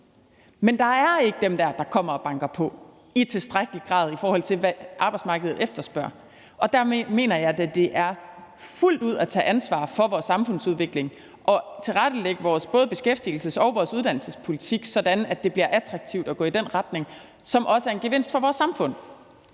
Men der er ikke dem der, der kommer og banker på, i tilstrækkelig grad, i forhold til hvad arbejdsmarkedet efterspørger, og der mener jeg, at det da fuldt ud er at tage ansvar for vores samfundsudvikling at tilrettelægge både vores beskæftigelsespolitik og vores uddannelsespolitik sådan, at det bliver attraktivt at gå i den retning, hvilket også er en gevinst for vores samfund.